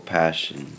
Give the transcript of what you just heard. passion